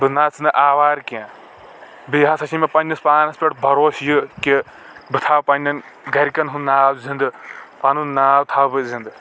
بہٕ نَژنہٕ آوارٕ کیٚنٛہہ بیٚیہِ ہسا چھٕ مےٚ پَنٕنِس پانَس پٮ۪ٹھ بروسہٕ یہِ کہِ بہٕ تھاو پَنٕنٮ۪ن گرکٮ۪ن ہُنٛد ناو زنٛدٕ پَنُن ناو تھاو بہٕ زنٛدٕ